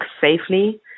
safely